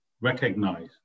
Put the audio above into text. recognize